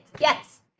yes